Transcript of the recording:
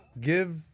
give